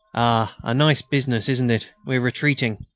a nice business, isn't it? we're retreating.